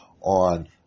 on